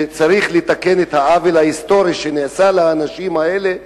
צריך לתקן את העוול ההיסטורי שנעשה לאנשים האלה,